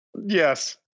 yes